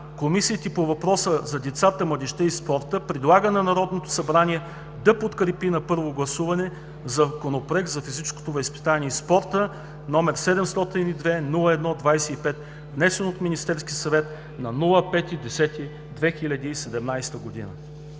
Комисията по въпросите за децата, младежта и спорта предлага на Народното събрание да подкрепи на първо гласуване Законопроект за физическото възпитание и спорта, № 702-01-25, внесен от Министерския съвет на 5 октомври